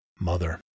mother